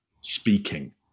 speaking